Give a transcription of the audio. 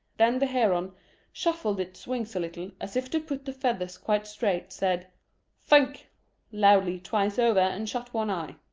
then the heron shuffled its wings a little as if to put the feathers quite straight, said phenk loudly twice over, and shut one eye.